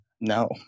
no